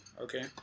Okay